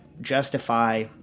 justify